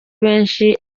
benshi